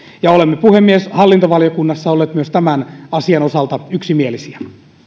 ja olemme puhemies hallintovaliokunnassa olleet myös tämän asian osalta yksimielisiä